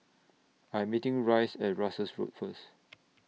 I Am meeting Rice At Russels Road First